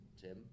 Tim